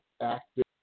active